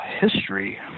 history